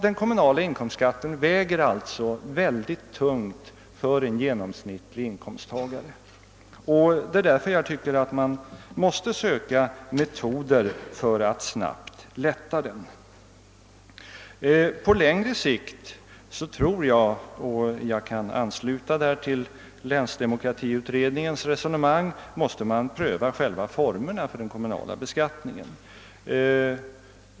Den kommunala inkomstskatten väger alltså ytterst tungt för en genomsnittlig inkomsttagare, och det är därför jag anser att man måste söka metoder för att snabbt lätta den. På längre sikt tror jag — jag kan på den punkten ansluta mig till länsdemokratiutredningens resonemang — att man måste pröva själva formerna för den kommunala beskattningen.